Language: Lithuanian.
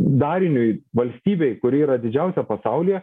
dariniui valstybei kuri yra didžiausia pasaulyje